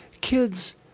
Kids